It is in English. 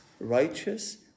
righteous